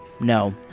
No